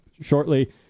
shortly